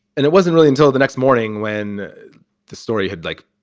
and it wasn't really until the next morning when the story had, like,